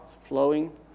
flowing